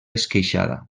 esqueixada